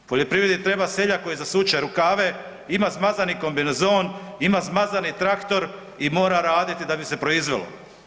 Poljoprivredi treba seljak koji zasuče rukave, ima zmazani kombinezon, ima zmazani traktor i mora raditi da bi se proizvelo.